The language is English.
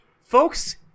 Folks